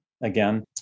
again